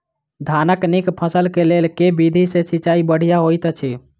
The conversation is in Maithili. धानक नीक फसल केँ लेल केँ विधि सँ सिंचाई बढ़िया होइत अछि?